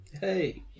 Hey